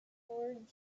toward